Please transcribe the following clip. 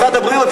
משרד הבריאות,